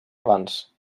abans